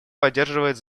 поддерживает